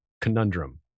conundrum